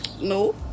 no